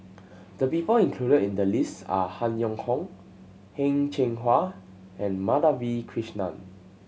the people included in the list are Han Yong Hong Heng Cheng Hwa and Madhavi Krishnan